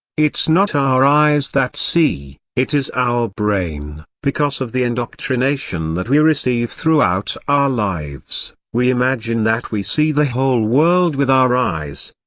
it's not our eyes that see, it is our brain because of the indoctrination that we receive throughout our lives, we imagine that we see the whole world with our eyes.